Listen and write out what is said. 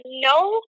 no